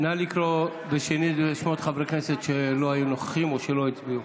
נא לקרוא שנית בשמות חברי הכנסת שלא היו נוכחים או שלא הצביעו.